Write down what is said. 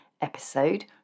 episode